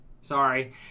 Sorry